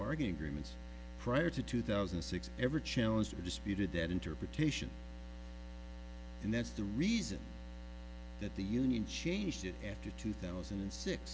bargaining agreements prior to two thousand and six ever challenged disputed that interpretation and that's the reason that the union changed it after two thousand and six